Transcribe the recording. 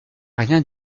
rien